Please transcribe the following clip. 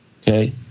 okay